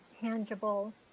tangible